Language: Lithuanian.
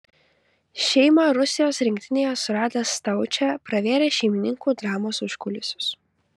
šeimą rusijos rinktinėje suradęs staučė pravėrė šeimininkų dramos užkulisius